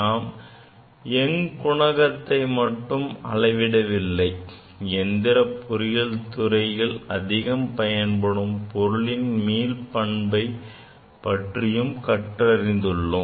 நாம் young குணகத்தை மட்டும் அளவிடவில்லை இயந்திரப் பொறியியல் துறையில் அதிகம் பயன்படும் பொருளின் மீள் பண்பை பற்றியும் கற்றறிந்துள்ளோம்